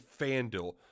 FanDuel